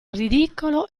ridicolo